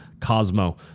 cosmo